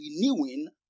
renewing